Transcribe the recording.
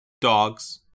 dogs